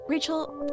Rachel